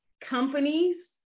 companies